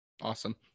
Awesome